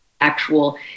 actual